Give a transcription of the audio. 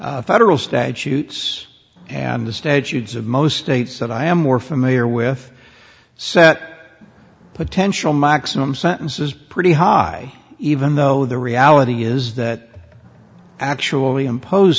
federal statutes and the state use of most states that i am more familiar with so that potential maximum sentence is pretty high even though the reality is that actually impose